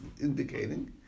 indicating